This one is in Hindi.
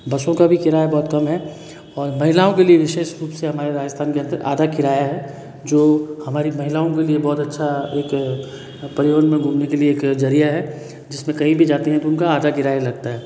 बसों का भी किराया बहुत कम है और महिलाओं के लिए विशेष रूप से हमारे राजस्थान के अंदर आधा किराया है जो हमारी महिलाओं के लिए बहुत अच्छा एक परिवहन में घूमने के लिए एक जरिया है जिसमें कहीं भी जाते हैं तो उनका आधा किराया लगता है